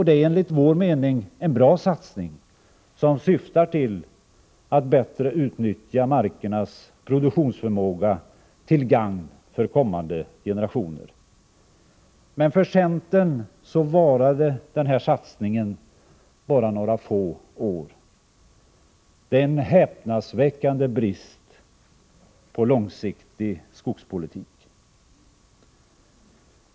Det var enligt vår mening en vettig satsning, som hade som syfte att utnyttja markernas produktionsförmåga till gagn för kommande generationer. Men för centern varade den här satsningen bara några år. Det är en häpnadsväckande brist på långsiktig skogspolitik.